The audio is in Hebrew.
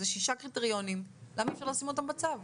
אלה שישה קריטריונים, ולמה אי אפשר לשים אותם בצו?